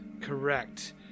Correct